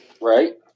Right